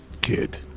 Kid